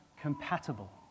compatible